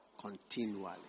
continually